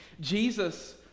Jesus